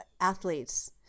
athletes